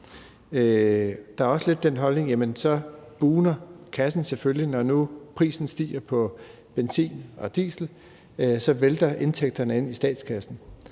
Der er også lidt den holdning til det, at kassen bugner, for når prisen stiger på benzin og diesel, så vælter indtægterne ind til statskassen.